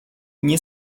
nie